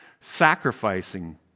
sacrificing